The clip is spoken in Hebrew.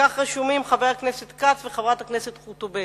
לכך רשומים חבר הכנסת כץ וחברת הכנסת חוטובלי.